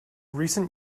recent